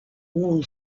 all